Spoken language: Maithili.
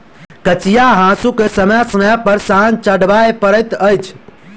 कचिया हासूकेँ समय समय पर सान चढ़बय पड़ैत छै